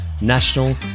national